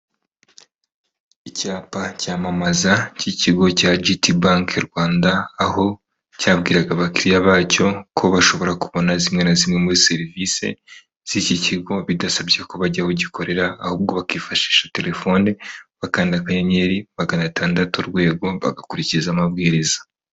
Icyapa cyamamaza cy'ikigo cya jiti banke Rwanda aho cyabwiraga abakiriya bacyo ko bashobora kubona zimwe na zimwe muri serivisi z'iki kigo bidasabye ko bajya bagikorera ahubwo bakifashisha telefoni bakandaka * 600# bagakurikiza amabwiriza.